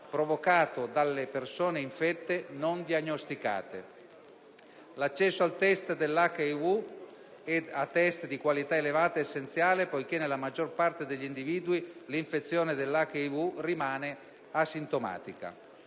provocato dalle persone infette non diagnosticate. L'accesso al test per l'HIV, e di elevata qualità, è essenziale, poiché nella maggior parte degli individui l'infezione da HIV rimane asintomatica.